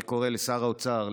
אני קורא לשר האוצר,